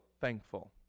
thankful